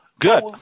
Good